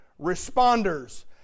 responders